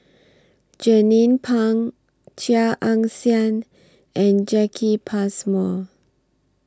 Jernnine Pang Chia Ann Siang and Jacki Passmore